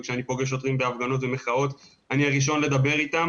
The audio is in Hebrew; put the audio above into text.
וכשאני פוגש שוטרים בהפגנות ובמחאות אני הראשון לדבר איתם